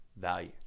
value